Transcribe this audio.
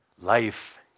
Life